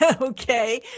Okay